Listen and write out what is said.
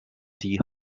die